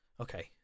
Okay